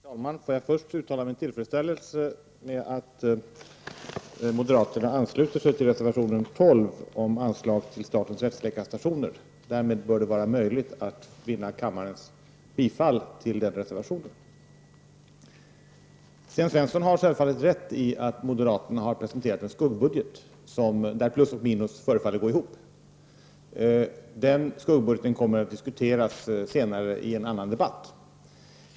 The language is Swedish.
Herr talman! Får jag först uttala min tillfredsställelse över att moderaterna ansluter sig till reservationen 12 om medelsanvisningen till statens rättsläkarstationer. Därmed bör det vara möjligt att vinna kammarens bifall till den reservationen. Sten Svensson har självfallet rätt i att moderaterna har presenterat en skuggbudget där plus och minus förefaller gå ihop. Den skuggbudgeten kommer att diskuteras senare i en annan debatt.